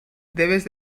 debes